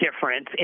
difference